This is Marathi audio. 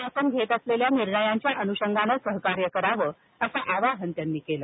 शासन घेत असलेल्या निर्णयांच्या अनुषंगाने सहकार्य करावं असं आवाहन त्यांनी केलं